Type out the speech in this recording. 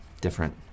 different